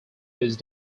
whose